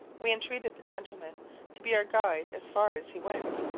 we entreated the gentleman to be our guide as far as he went.